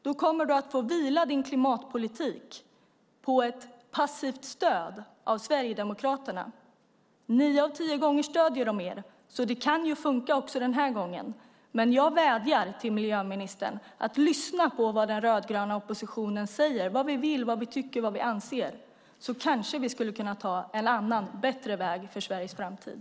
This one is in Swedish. Då kommer du att få vila din klimatpolitik på ett passivt stöd av Sverigedemokraterna. Nio av tio gånger stöder de er. Det kan fungera också den här gången. Jag vädjar till miljöministern att lyssna på vad den rödgröna oppositionen säger och anser. Då kanske vi skulle kunna ta en annan och bättre väg för Sveriges framtid.